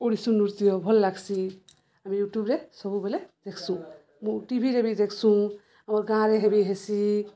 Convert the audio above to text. ଓଡ଼ିଶୀ ନୃତ୍ୟ ଭଲ୍ ଲାଗ୍ସି ଆମେ ୟୁଟ୍ୟୁବରେ ସବୁବେଲେ ଦେଖ୍ସୁଁ ମୁଁ ଟିଭିରେ ବି ଦେଖ୍ସୁଁ ଆମର୍ ଗାଁରେ ହେ ବି ହେସି